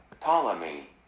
Ptolemy